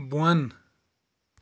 بۄن